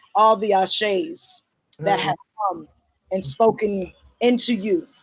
all the ashes that have um and spoken into you.